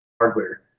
hardware